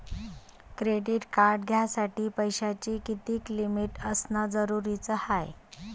Credit card घ्यासाठी पैशाची कितीक लिमिट असनं जरुरीच हाय?